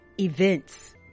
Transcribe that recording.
events